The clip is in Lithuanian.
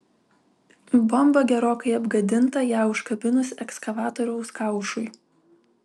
bomba gerokai apgadinta ją užkabinus ekskavatoriaus kaušui